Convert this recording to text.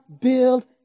build